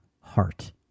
heart